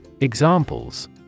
Examples